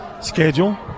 schedule